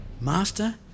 Master